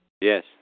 Yes